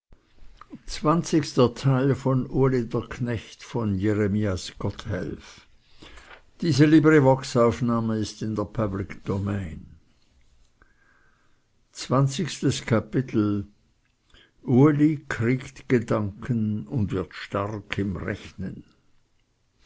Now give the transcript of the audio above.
kapitel uli kriegt gedanken und wird stark im rechnen